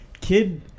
kid